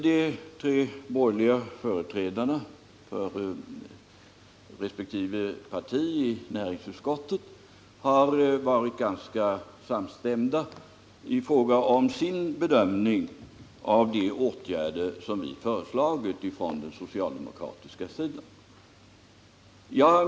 De tre borgerliga partiernas företrädare i näringsutskottet har varit ganska samstämda i fråga om sin bedömning av de åtgärder som vi föreslagit från den socialdemokratiska sidan.